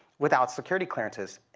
without security clearances.